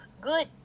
Good